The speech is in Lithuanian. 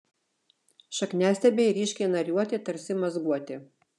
šakniastiebiai ryškiai nariuoti tarsi mazguoti